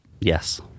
Yes